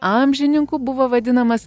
amžininkų buvo vadinamas